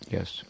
Yes